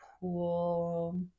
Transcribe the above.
pool